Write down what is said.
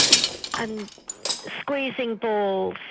and squeezing balls.